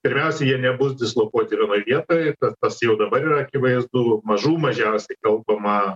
pirmiausia jie nebus dislokuoti vienoj vietoj tas jau dabar yra akivaizdu mažų mažiausiai kalbama